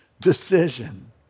decision